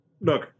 look